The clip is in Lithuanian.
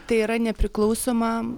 tai yra nepriklausoma